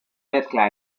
mezcla